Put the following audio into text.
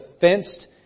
fenced